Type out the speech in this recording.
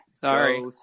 Sorry